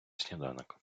сніданок